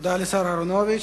תודה לשר אהרונוביץ.